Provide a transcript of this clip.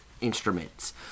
instruments